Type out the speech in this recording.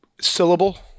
syllable